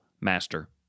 master